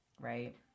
Right